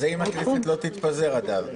זה אם הכנסת לא תתפזר עד אז,